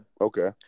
Okay